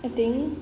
I think